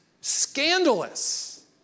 Scandalous